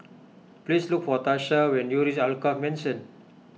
please look for Tarsha when you reach Alkaff Mansion